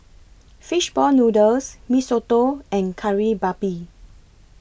Fish Ball Noodles Mee Soto and Kari Babi